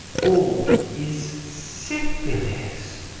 all is syphilis,